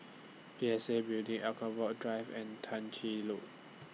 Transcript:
P S A Building Anchorvale A Drive and Tah Ching load